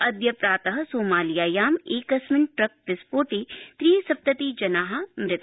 अद्य प्रात सोमालियायां एकस्मिन् ट्रक विस्फोट त्रिसप्ततिजना मृता